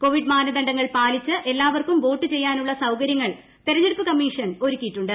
Covid മാനദണ്ഡങ്ങൾ പാലിച്ച് എല്ലാവർക്കും വോട്ട് ് ചെയ്യാനുള്ള സൌകര്യങ്ങൾ തെരഞ്ഞെടുപ്പ് കമ്മീഷൻ ഒരുക്കിയിട്ടുണ്ട്